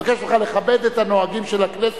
אני מבקש ממך לכבד את הנהגים של הכנסת,